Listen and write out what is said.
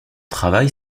travail